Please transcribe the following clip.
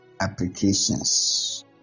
applications